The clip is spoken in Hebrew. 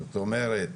זאת אומרת